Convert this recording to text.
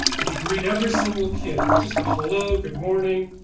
if you greet every single kid with just a hello. good morning.